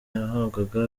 yahabwaga